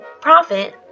profit